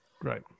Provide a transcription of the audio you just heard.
Right